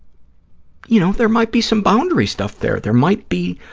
you know, there might be some boundary stuff there. there might be,